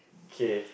okay